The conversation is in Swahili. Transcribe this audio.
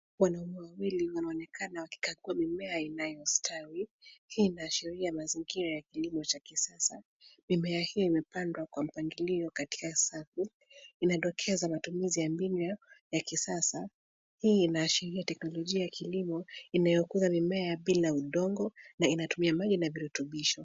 Wanaume wawili wanonekana wakikaa kwa mimea inayostawi. Hii inaashiria mazingira ya kilimo cha kisasa. Mimea hii hupandwa kwa mpangilio katika safu. Inadokeza matumizi ya mbinu ya kisasa. Hii inaashiria teknolojia ya kilimo inayokuza mimea bila udongo na inatumia maji na virutubisho.